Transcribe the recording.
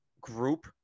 group